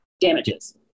damages